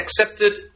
accepted